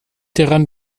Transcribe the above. daran